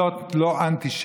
זאת לא אנטישמיות?